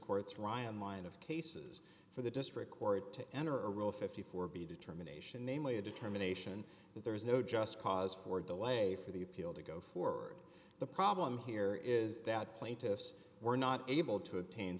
court's ryan line of cases for the district court to enter a rule fifty four b determination namely a determination that there is no just cause for delay for the appeal to go forward the problem here is that plaintiffs were not able to obtain